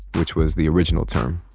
which was the original term